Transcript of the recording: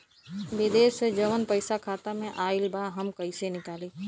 विदेश से जवन पैसा खाता में आईल बा हम कईसे निकाली?